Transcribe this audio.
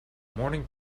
morning